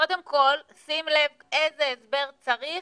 קודם כל שים לב איזה הסבר צריך